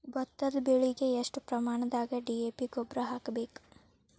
ಭತ್ತದ ಬೆಳಿಗೆ ಎಷ್ಟ ಪ್ರಮಾಣದಾಗ ಡಿ.ಎ.ಪಿ ಗೊಬ್ಬರ ಹಾಕ್ಬೇಕ?